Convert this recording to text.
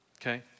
okay